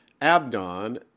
Abdon